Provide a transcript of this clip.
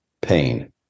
pain